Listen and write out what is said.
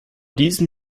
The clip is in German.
diesem